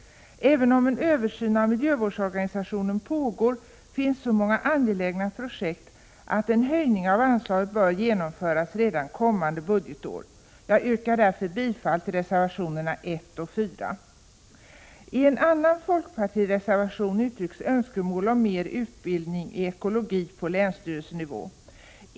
Även om en översyn av miljövårdsorganisationen pågår, finns så många angelägna projekt att en höjning av anslaget bör genomföras redan kommande budgetår. Jag yrkar därför bifall till reservationerna 1 och 4. I en annan folkpartireservation uttrycks önskemål om mer utbildning i ekologi på länsstyrelsenivå.